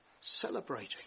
celebrating